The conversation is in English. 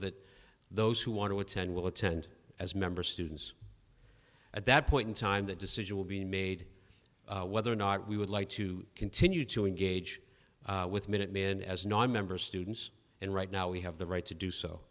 that those who want to attend will attend as member students at that point in time the decision will be made whether or not we would like to continue to engage with minutemen as nonmembers students and right now we have the right to do so